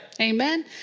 Amen